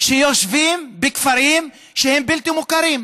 שיושבים בכפרים שהם בלתי מוכרים.